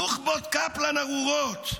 נוח'בות קפלן ארורות,